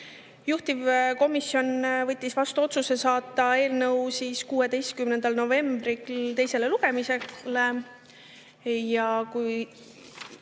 Juhtivkomisjon võttis vastu otsuse saata eelnõu 16. novembriks teisele lugemisele,